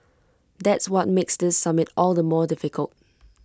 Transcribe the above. that's what makes this summit all the more difficult